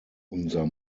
unser